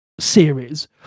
series